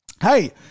Hey